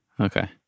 Okay